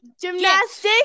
Gymnastics